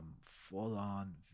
full-on